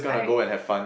I